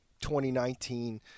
2019